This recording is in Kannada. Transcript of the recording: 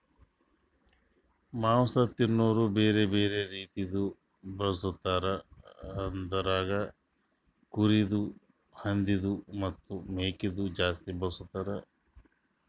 ಮಾಂಸ ತಿನೋರು ಬ್ಯಾರೆ ಬ್ಯಾರೆ ರೀತಿದು ಬಳಸ್ತಾರ್ ಅದುರಾಗ್ ಕುರಿದು, ಹಂದಿದು ಮತ್ತ್ ಮೇಕೆದು ಜಾಸ್ತಿ ಬಳಸ್ತಾರ್